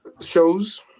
Shows